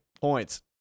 points